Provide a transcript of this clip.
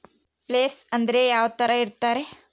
Place ಅಂದ್ರೆ ಯಾವ್ತರ ಇರ್ತಾರೆ?